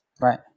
Right